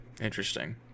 Interesting